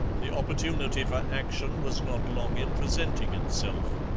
the opportunity for action was not long in presenting itself.